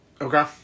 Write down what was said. Okay